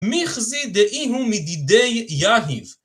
מי חזי דאיהו מדידי יהיב?